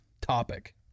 topic